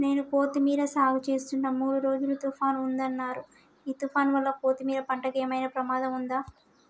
నేను కొత్తిమీర సాగుచేస్తున్న మూడు రోజులు తుఫాన్ ఉందన్నరు ఈ తుఫాన్ వల్ల కొత్తిమీర పంటకు ఏమైనా ప్రమాదం ఉందా?